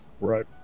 Right